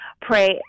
pray